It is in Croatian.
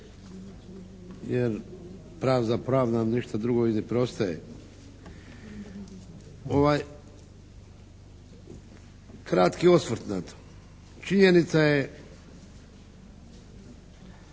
jer prav za prav nam ništa drugo ni ne preostaje. Ovaj kratki osvrt na to činjenica je